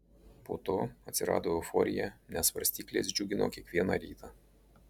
po to atsirado euforija nes svarstyklės džiugino kiekvieną rytą